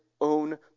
own